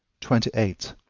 twenty eight.